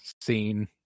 scene